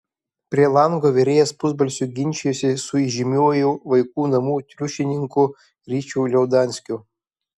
prie lango virėjas pusbalsiu ginčijosi su įžymiuoju vaikų namų triušininku ryčiu liaudanskiu